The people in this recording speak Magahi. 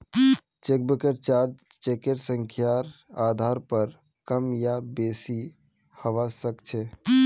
चेकबुकेर चार्ज चेकेर संख्यार आधार पर कम या बेसि हवा सक्छे